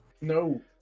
No